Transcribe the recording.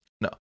no